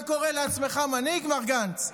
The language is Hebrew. אתה קורא לעצמך מנהיג, מר גנץ?